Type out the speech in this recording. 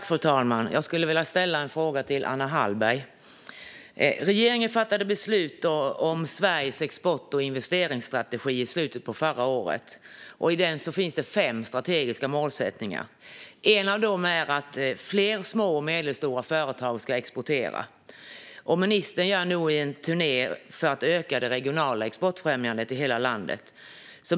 Fru talman! Jag skulle vilja ställa ett par frågor till Anna Hallberg. Regeringen fattade beslut om Sveriges export och investeringsstrategi i slutet av förra året. I den finns det fem strategiska målsättningar, och en av dem är att fler små och medelstora företag ska exportera. Ministern gör nu en turné för att öka det regionala exportfrämjandet i hela landet.